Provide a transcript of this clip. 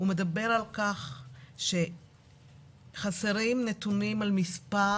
הוא מדבר על כך שחסרים נתונים על מספר